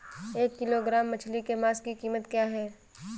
एक किलोग्राम मछली के मांस की कीमत क्या है?